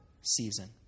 season